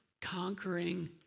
conquering